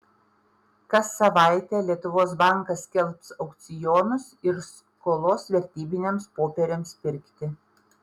kas savaitę lietuvos bankas skelbs aukcionus ir skolos vertybiniams popieriams pirkti